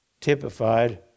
typified